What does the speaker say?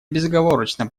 безоговорочно